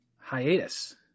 Hiatus